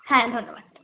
হ্যাঁ ধন্যবাদ